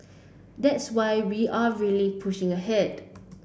that's why we are really pushing ahead